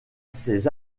ces